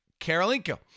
Karolinko